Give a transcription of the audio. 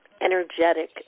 energetic